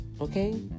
Okay